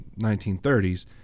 1930s